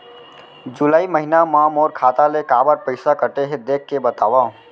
जुलाई महीना मा मोर खाता ले काबर पइसा कटे हे, देख के बतावव?